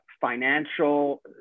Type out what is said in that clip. financial